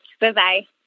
Bye-bye